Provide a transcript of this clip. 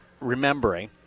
remembering